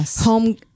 home